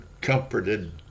comforted